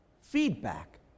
feedback